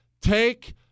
take